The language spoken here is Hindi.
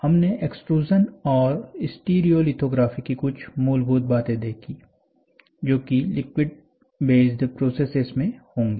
हमने एक्सट्रूज़न और स्टीरियोलिथोग्राफी की कुछ मूलभूत बातें देखीं जो कि लिक्विड बेस्ड प्रोसेसेज में होंगी